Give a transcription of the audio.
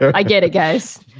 i get it guys.